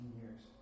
years